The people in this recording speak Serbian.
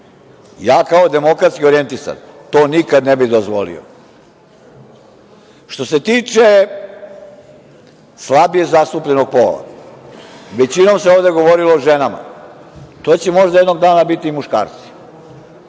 Ja kao demokratski orjentisan to nikada ne bi dozvolio. Što se tiče slabije zastupljenog pola, većinom se ovde govorilo o ženama. To će možda jednog dana biti i muškarci.